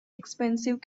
expensive